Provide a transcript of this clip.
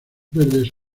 verdes